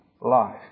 life